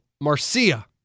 Marcia